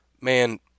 man